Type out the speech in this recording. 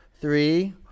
Three